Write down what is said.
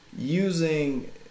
Using